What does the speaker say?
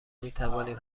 میتوانیم